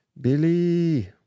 Billy